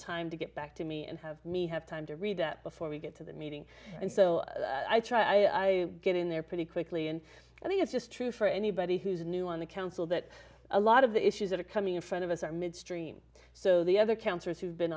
time to get back to me and have me have time to read that before we get to the meeting and so i try to get in there pretty quickly and i think it's just true for anybody who's new on the council that a lot of the issues that are coming in front of us are midstream so the other counselors who've been